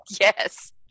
Yes